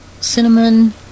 cinnamon